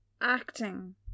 acting